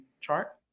chart